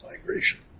migration